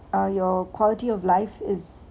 uh your quality of life is